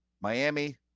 Miami